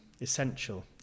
essential